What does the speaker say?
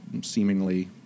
seemingly